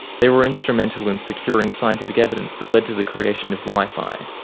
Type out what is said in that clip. they were instrumental in securing scientific evidence that led to the creation of wifi,